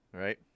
Right